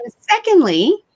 secondly